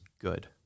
good